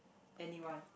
anyone